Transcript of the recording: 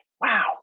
Wow